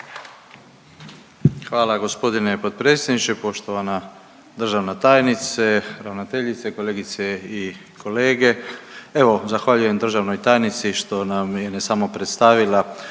Hvala gospodine potpredsjedniče. Poštovana državna tajnice, ravnateljice, kolegice i kolege, evo zahvaljujem državnoj tajnici što nam je ne samo predstavila